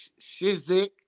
Shizik